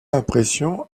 impression